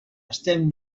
estem